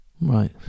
Right